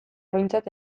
behintzat